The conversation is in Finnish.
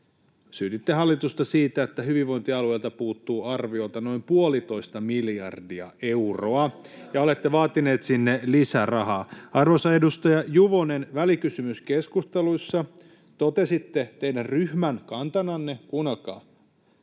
syytitte hallitusta siitä, että hyvinvointialueilta puuttuu arviolta noin 1,5 miljardia euroa, ja olette vaatinut sinne lisärahaa. Arvoisa edustaja Juvonen, välikysymyskeskusteluissa totesitte teidän ryhmän kantananne — kuunnelkaa: